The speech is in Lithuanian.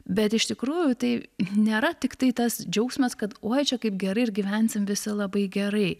bet iš tikrųjų tai nėra tiktai tas džiaugsmas kad oi čia kaip gerai ir gyvensim visi labai gerai